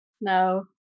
no